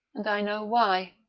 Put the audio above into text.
and i know why.